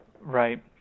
right